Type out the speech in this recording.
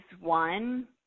one